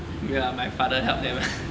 ya my father help them